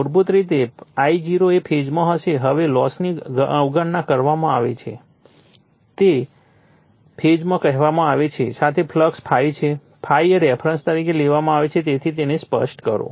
તેથી મૂળભૂત રીતે I0 એ ફેઝમાં હશે હવે લોસની અવગણના કરવામાં આવે છે તે ફેઝમાં કહેવામાં આવે છે સાથે ફ્લક્સ ∅ છે ∅ એ રેફરન્સ તરીકે લેવામાં આવે છે તેથી તેને સ્પષ્ટ કરો